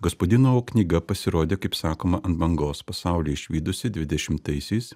gaspodinovo knyga pasirodė kaip sakoma ant bangos pasaulį išvydusi dvidešimtaisiais